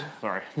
Sorry